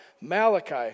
Malachi